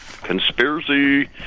conspiracy